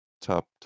Top